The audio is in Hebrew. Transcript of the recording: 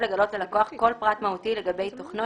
לגלות ללקוח כל פרט מהותי לגבי תוכנו,